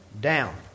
down